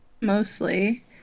mostly